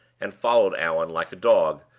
and followed allan, like a dog,